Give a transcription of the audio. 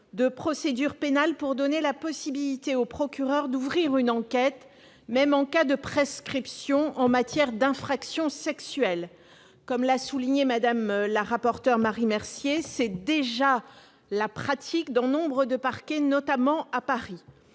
de procédure pénale pour donner la possibilité au procureur d'ouvrir une enquête, même en cas de prescription, en matière d'infraction sexuelle. Comme l'a souligné Mme la rapporteur, Marie Mercier, « c'est déjà la pratique dans nombre de parquets, notamment à Paris